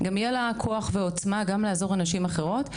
יהיה לה כוח ועוצמה לעזור גם לנשים אחרות.